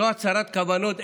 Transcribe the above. זו הצהרת כוונות.